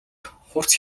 хурц